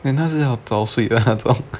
then 她是要早睡的那种